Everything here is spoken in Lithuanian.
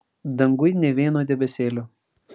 danguj nė vieno debesėlio